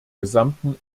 gesamten